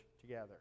together